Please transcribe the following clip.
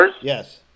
Yes